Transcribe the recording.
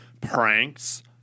pranks